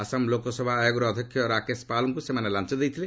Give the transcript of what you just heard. ଆସାମ ଲୋକସଭା ଆୟୋଗର ଅଧ୍ୟକ୍ଷ ରାକେଶ ପାଲ୍ଙ୍କୁ ସେମାନେ ଲାଞ୍ଚ ଦେଇଥିଲେ